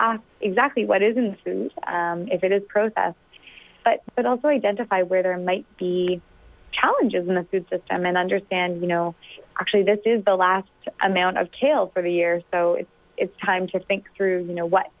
on exactly what isn't food if it is process but it also identify where there might be challenges in the food system and understand you know actually this is the last amount of kill for the year so it is time to think through you know what